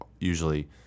usually